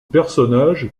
personnages